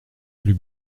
plus